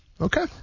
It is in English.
Okay